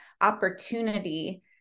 opportunity